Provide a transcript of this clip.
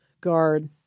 guard